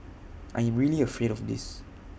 I am really afraid of this